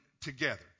together